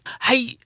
Hey